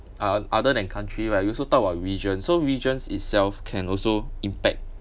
ah other than country right you also talk about region so regions itself can also impact